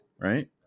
right